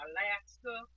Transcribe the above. Alaska